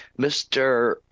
Mr